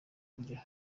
barya